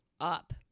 up